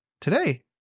today